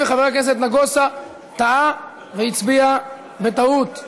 חבר הכנסת נגוסה טעה והצביע בטעות.